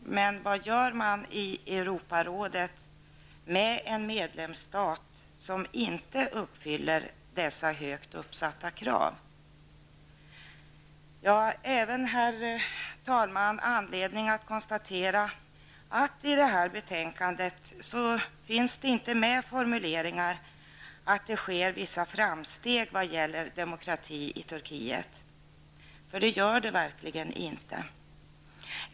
Men vad gör man i Europarådet med en medlemsstat som inte uppfyller dessa högt uppsatta krav? Herr talman! Jag har även anledning att konstatera att det i betänkandet finns med formuleringar att det sker vissa framsteg vad gäller demokrati i Turkiet. Det gör det verkligen inte.